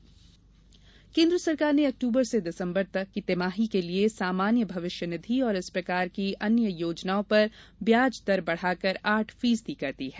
GPF केन्द्र सरकार ने अक्टूबर से दिसंबर की तिमाही के लिए सामान्य भविष्य निधि और इस प्रकार की अन्य योजनाओं पर ब्याज दर बढ़ाकर आठ फीसदी कर दी है